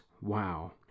Wow